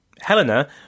Helena